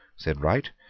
said wright,